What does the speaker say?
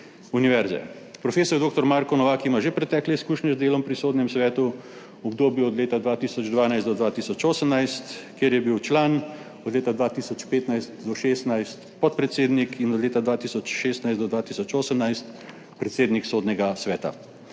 univerze. Prof. dr. Marko Novak ima že pretekle izkušnje z delom pri Sodnem svetu, v obdobju od leta 2012 do 2018 je bil član, od leta 2015 do 2016 podpredsednik in od leta 2016 do 2018 predsednik Sodnega sveta.